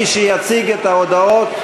מי שיציג את ההודעות,